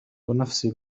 نفسي